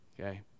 okay